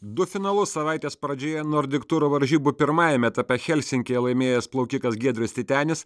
du finalus savaitės pradžioje nordik turo varžybų pirmajame etape helsinkyje laimėjęs plaukikas giedrius titenis